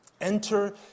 Enter